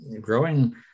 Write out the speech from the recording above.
Growing